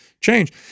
change